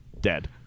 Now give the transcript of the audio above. dead